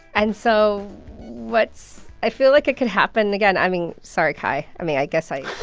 and so what's i feel like it could happen again. i mean, sorry, kai. i mean, i guess i.